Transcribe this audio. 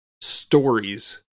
stories